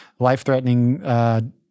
Life-threatening